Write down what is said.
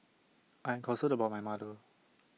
I'm concerned about my mother